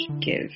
give